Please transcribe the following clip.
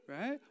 right